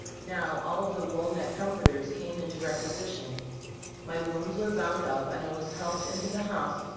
now all of the wool neck comforters came into requisition my wounds were bound up, and i was helped into the house,